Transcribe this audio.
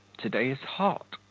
to-day is hot,